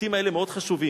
המשפטים האלה מאוד חשובים,